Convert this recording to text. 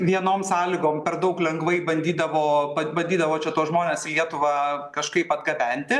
vienom sąlygom per daug lengvai bandydavo bandydavo čia tuos žmones lietuvą kažkaip atgabenti